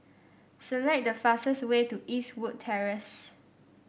select the fastest way to Eastwood Terrace